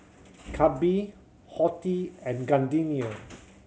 Calbee Horti and Gardenia